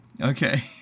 Okay